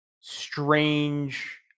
strange